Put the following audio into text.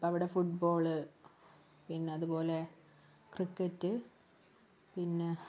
അപ്പൊൾ അവിടെ ഫുട്ബോള് പിന്നേ അതുപോലെ ക്രിക്കറ്റ് പിന്നെ